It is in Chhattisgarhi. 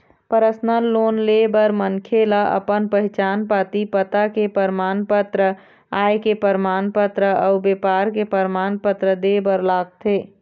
परसनल लोन ले बर मनखे ल अपन पहिचान पाती, पता के परमान पत्र, आय के परमान पत्र अउ बेपार के परमान पत्र दे बर लागथे